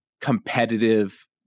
competitive